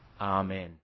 Amen